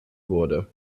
wurde